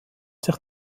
sich